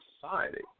society